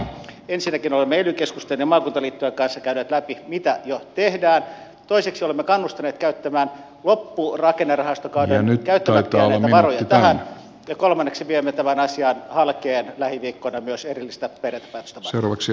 ensinnäkin olemme ely keskusten ja maakuntaliittojen kanssa käyneet läpi mitä jo tehdään toiseksi olemme kannustaneet käyttämään loppurakennerahastokauden käyttämättä jääneitä varoja tähän ja kolmanneksi viemme tämän asian halkeen lähiviikkoina myös erillistä periaatepäätöstä varten